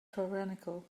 tyrannical